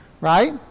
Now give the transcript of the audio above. right